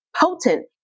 potent